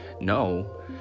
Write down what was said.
No